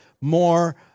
more